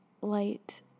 light